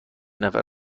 نفر